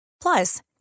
Plus